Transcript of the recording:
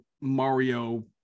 Mario